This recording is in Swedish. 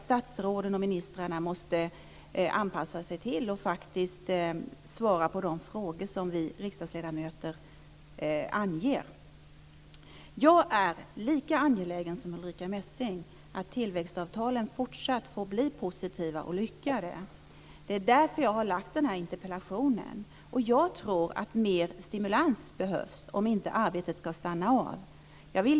Statsråden och ministrarna måste nog anpassa sig till och faktiskt svara på de frågor som vi riksdagsledamöter anger. Jag är lika angelägen som Ulrica Messing om att tillväxtavtalen fortsatt ska få bli positiva och lyckade - det är därför som jag har ställt interpellationen. Jag tror dock att det behövs mer stimulans för att inte arbetet ska stanna av.